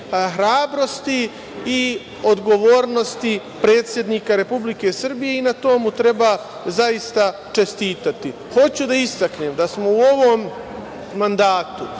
hrabrosti i odgovornosti predsednika Republike Srbije i na tome mu treba čestitati. Hoću da istaknem da smo u ovom mandatu